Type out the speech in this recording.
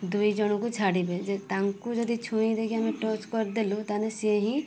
ଦୁଇ ଜଣଙ୍କୁ ଛାଡ଼ିବେ ଯେ ତାଙ୍କୁ ଯଦି ଛୁଇଁ ଦେଇକି ଆମେ ଟଚ୍ କରିଦେନୁ ତାହାନେ ସିଏ ହିଁ